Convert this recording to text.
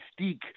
mystique